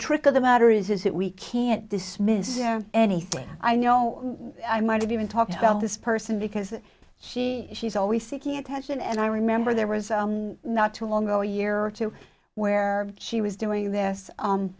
trick of the matter is is that we can't dismiss anything i know i might have even talked about this person because she she's always seeking attention and i remember there was not too long ago a year or two where she was doing this